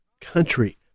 Country